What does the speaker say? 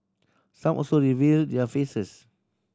some also reveal their faces